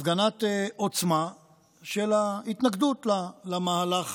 הפגנת עוצמה של ההתנגדות למהלך